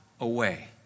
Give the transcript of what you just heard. away